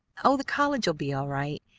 oh, the college'll be all right.